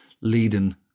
leading